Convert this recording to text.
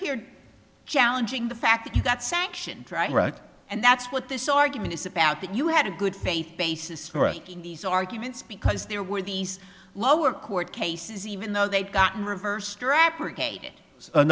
here challenging the fact that you got sanctioned and that's what this argument is about that you had a good faith basis for thinking these arguments because there were these lower court cases even though they'd gotten reverse